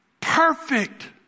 perfect